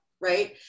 right